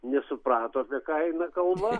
nesuprato apie ką eina kalba